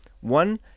One